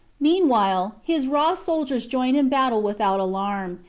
mean while his raw soldiers joined in battle without alarm,